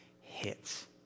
hits